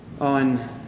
On